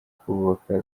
kubaka